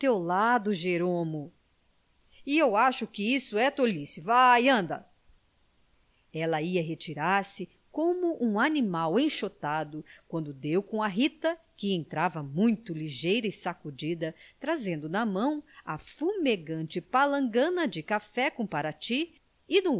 lado jeromo e eu acho que isso é tolice vai anda ela ia retirar-se como um animal enxotado quando deu com a rita que entrava muito ligeira e sacudida trazendo na mão a fumegante palangana de café com parati e